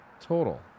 total